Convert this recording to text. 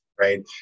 Right